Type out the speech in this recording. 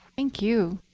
thank you.